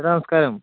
hello നമസ്കാരം